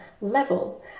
level